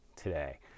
today